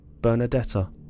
Bernadetta